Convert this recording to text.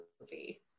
movie